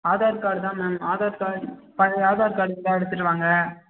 Aadhaar card தான் ma'am Aadhaar card பழைய Aadhaar card இருந்தால் எடுத்துகிட்டு வாங்க